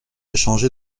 échanger